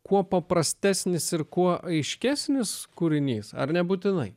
kuo paprastesnis ir kuo aiškesnis kūrinys ar nebūtinai